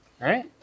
Right